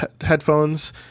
headphones